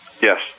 Yes